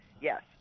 yes